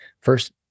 First